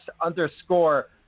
underscore